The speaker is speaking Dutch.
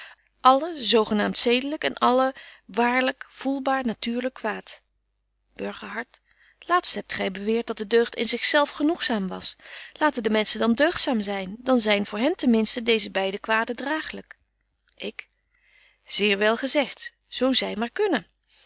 zo genaamt zedelyk en alle waarlyk voelbaar natuurlyk kwaad burgerhart laast hebt gy beweert dat de deugd in zich zelf genoegzaam was laten de menschen dan deugdzaam zyn dan zyn voor hen ten minsten deeze beide kwaden draaglyk ik zeer wel gezegt zo zy maar kunnen